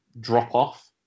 drop-off